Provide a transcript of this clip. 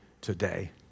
today